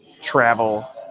travel